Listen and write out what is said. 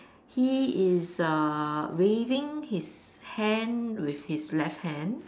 he is ah waving his hand with his left hand